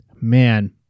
Man